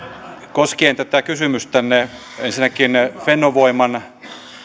koskien tätä kysymystänne ensinnäkin fennovoiman